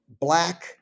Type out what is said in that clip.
black